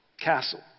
castle